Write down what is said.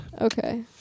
Okay